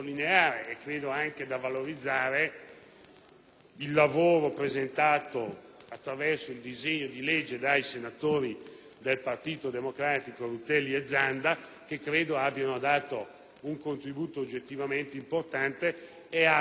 il lavoro presentato attraverso un disegno di legge dai senatori del Partito Democratico Rutelli e Zanda che credo abbiano fornito un contributo oggettivamente importante e abbiano consentito con il loro testo